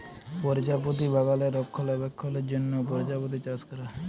পরজাপতি বাগালে রক্ষলাবেক্ষলের জ্যনহ পরজাপতি চাষ ক্যরা হ্যয়